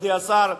מכובדי השר,